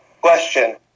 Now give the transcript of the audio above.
Question